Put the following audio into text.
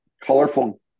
colorful